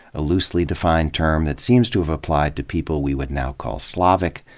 a loosely-defined term that seems to have applied to people we would now ca ll slavic,